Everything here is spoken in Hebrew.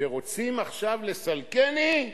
ורוצים עכשיו לסלקני?